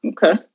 Okay